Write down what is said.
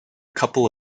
couple